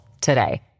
today